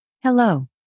hello